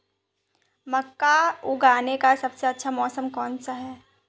मक्का उगाने का सबसे अच्छा मौसम कौनसा है?